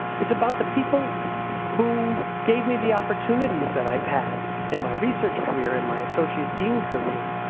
it's about the people who gave me the opportunities that i've had in my research career and my associate dean career.